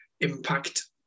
impact